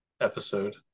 episode